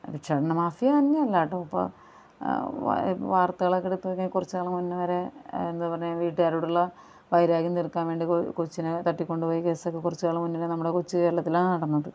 ഭിക്ഷാടനമാഫിയ തന്നെയല്ലാട്ടൊ ഇപ്പോൾ വാർത്തകളൊക്കെ എടുത്തുനോക്കിയാൽ കുറച്ച് നാള് മുന്നെവരെ എന്താ പറയുക വീട്ടുകാരോടുള്ള വൈരാഗ്യം തീർക്കാൻ വേണ്ടി ഒരു കോച്ചിനെ തട്ടിക്കൊണ്ട് പോയ കേസക്കെ കുറച്ച് നാൾ മുന്നിലെ നമ്മുടെ കൊച്ച് കേരളത്തിലാണ് നടന്നത്